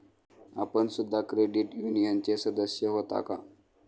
आपण सुद्धा क्रेडिट युनियनचे सदस्य होता का?